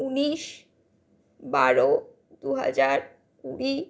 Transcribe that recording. উনিশ বারো দু হাজার কুড়ি